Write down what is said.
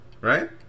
right